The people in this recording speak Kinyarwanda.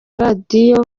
radio